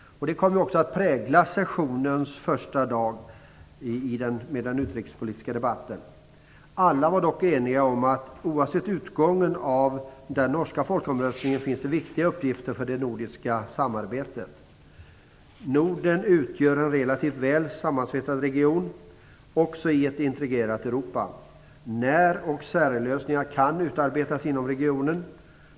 Det kom också att prägla sessionens första dag och den utrikespolitiska debatten. Alla var dock eniga om att det finns viktiga uppgifter för det nordiska samarbetet oavsett utgången av den norska folkomröstningen. Norden utgör en relativt väl sammansvetsad region - också i ett integrerat Europa. När och särlösningar kan utarbetas inom regionen.